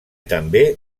també